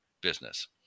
business